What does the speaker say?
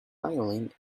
violins